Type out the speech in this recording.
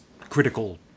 critical